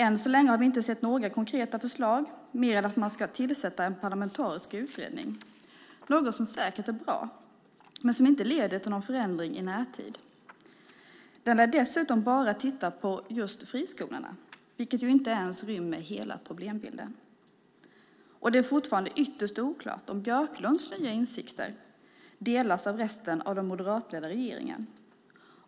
Än så länge har vi inte sett några konkreta förslag, mer än att man ska tillsätta en parlamentarisk utredning. Det är något som säkert är bra men som inte leder till en förändring i närtid. Den ska dessutom bara titta på friskolorna, vilket inte rymmer hela problembilden. Det är fortfarande ytterst oklart om Björklunds nya insikter delas av resten av den moderatledda regeringen.